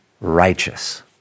righteous